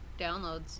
downloads